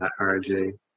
RJ